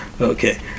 Okay